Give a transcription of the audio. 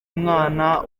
mwana